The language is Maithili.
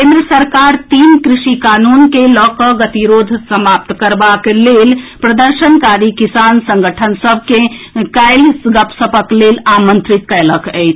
केन्द्र सरकार तीन कृषि कानून के लऽ कऽ गतिरोध समाप्त करबाक लेल प्रदर्शनकारी किसान संगठन सभ के काल्हि गपसपक लेल आमंत्रित कएलक अछि